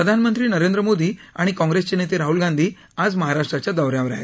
प्रधानमंत्री नरेंद्र मोदी आणि काँग्रेसचे नेते राहूल गांधी आज महाराष्ट्राच्या दौऱ्यावर आहेत